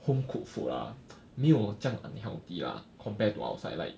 home cooked food ah 没有这样 unhealthy lah compare to outside like